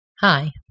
Hi